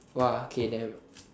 !wah! K then